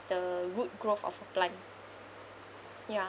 the root growth of a plant ya